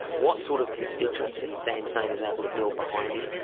what sort of constituency thein sein is able to build behind him,